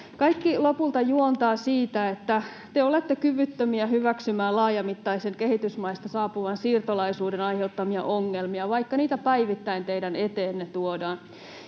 Kaikki lopulta juontaa siitä, että te olette kyvyttömiä myöntämään laajamittaisen kehitysmaista saapuvan siirtolaisuuden aiheuttamia ongelmia, vaikka niitä päivittäin teidän eteenne tuodaan.